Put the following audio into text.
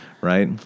Right